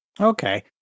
Okay